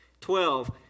twelve